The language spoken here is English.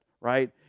right